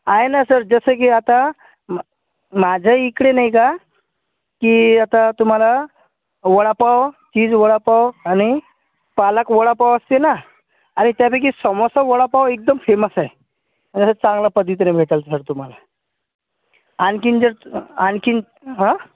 आहे ना सर जसं की आता म माझ्याइकडे नाही का की आता तुम्हाला वडापाव चीज वडापाव आणि पालक वडापाव असते ना आणि त्यापैकी समोसा वडापाव एकदम फेमस आहे चांगल्या पद्धतीनं भेटल सर तुम्हाला आणखीन जर आणखीन आ